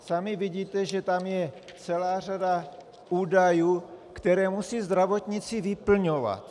Sami vidíte, že tam je řada celá řada údajů, které musí zdravotníci vyplňovat.